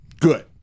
good